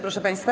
proszę państwa,